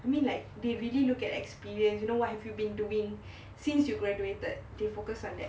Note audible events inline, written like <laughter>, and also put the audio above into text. I mean like they really look at experience you know what have you been doing <breath> since you graduated they focus on that